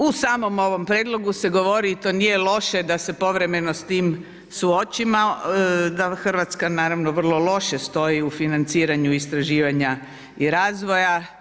U samom ovom prijedlogu se govori i to nije loše da se povremeno suočimo, da Hrvatska naravno vrlo loše stoji u financiranju istraživanja i razvoja.